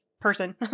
person